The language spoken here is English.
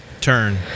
turn